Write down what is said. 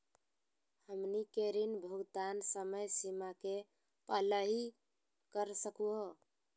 हमनी के ऋण भुगतान समय सीमा के पहलही कर सकू हो?